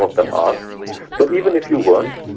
um um but even if you weren't,